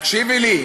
תקשיבי לי.